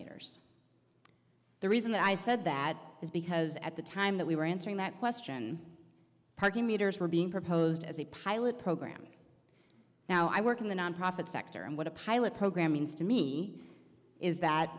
meters the reason that i said that is because at the time that we were answering that question parking meters were being proposed as a pilot program now i work in the nonprofit sector and what a pilot program means to me is that